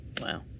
Wow